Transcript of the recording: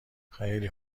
خیلی